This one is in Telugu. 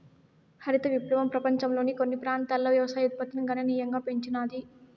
హరిత విప్లవం పపంచంలోని కొన్ని ప్రాంతాలలో వ్యవసాయ ఉత్పత్తిని గణనీయంగా పెంచినాది